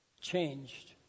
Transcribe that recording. changed